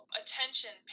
attention